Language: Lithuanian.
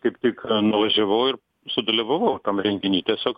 kaip tik nuvažiavau ir sudalyvavau tam renginy tiesiog